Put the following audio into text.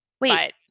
Wait